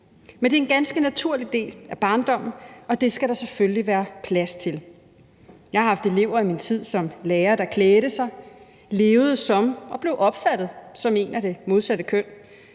Men det er en ganske naturlig del af barndommen, og det skal der selvfølgelig være plads til. Jeg har haft elever i min tid som lærer, der klædte sig, levede som og blev opfattet som en af det modsatte køn